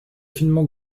finement